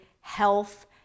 health